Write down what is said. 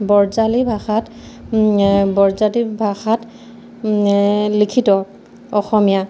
বজ্ৰাৱলী ভাষাত বজ্ৰাৱলী ভাষাত লিখিত অসমীয়া